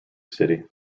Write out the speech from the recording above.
city